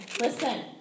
Listen